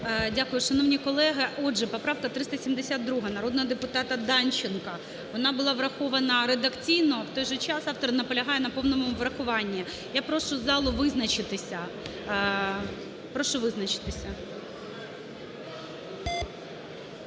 Дякую, шановні колеги. Отже, поправка 372, народного депутата Данченка, вона була врахована редакційно. В той же час, автор наполягає на повному врахуванні. Я прошу залу визначатися. Прошу визначитися.